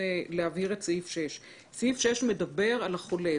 להבהיר את סעיף 6. סעיף 6 מדבר על החולה.